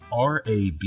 RAB